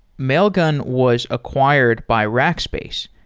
mailgun was acquired by rackspace,